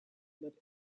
but